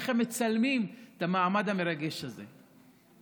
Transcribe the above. איך הם מצלמים את המעמד המרגש הזה.